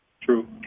True